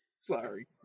Sorry